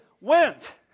went